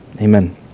Amen